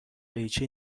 قیچی